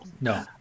no